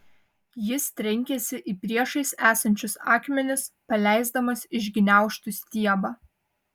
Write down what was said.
jis trenkėsi į priešais esančius akmenis paleisdamas iš gniaužtų stiebą